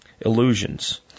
Illusions